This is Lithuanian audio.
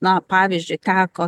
na pavyzdžiui teko